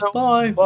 bye